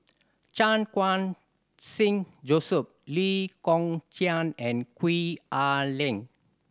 Chan Khun Sing Joseph Lee Kong Chian and Gwee Ah Leng